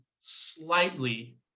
slightly